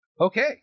Okay